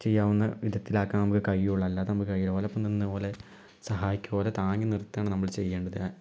ചെയ്യാവുന്ന വിധത്തിലാക്കാൻ നമുക്ക് കഴിയുകയുള്ളു അല്ലാതെ നമുക്ക് കഴിയില്ല അവർക്കൊപ്പം നിന്ന് അവരെ സഹായിക്കുകയോ അവരെ താങ്ങി നിർത്തുകയാണ് നമ്മള് ചെയ്യേണ്ടത്